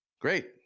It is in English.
Great